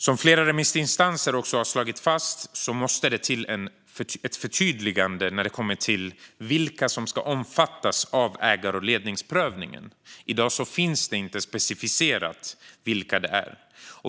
Som flera remissinstanser slagit fast måste det till ett förtydligande när det gäller vilka som ska omfattas av ägar och ledningsprövningen. I dag finns det inte specificerat vilka det är.